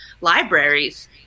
libraries